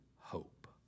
hope